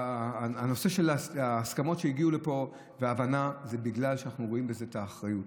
הנושא של ההסכמות שהגיעו לפה וההבנה זה בגלל שאנחנו רואים אחריות.